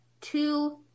two